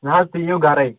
نَہ حظ تُہۍ ییُو گھرٔے